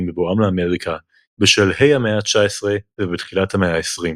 בבואם לאמריקה בשלהי המאה ה-19 ובתחילת המאה ה-20.